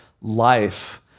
life